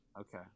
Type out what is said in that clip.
Okay